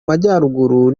majyaruguru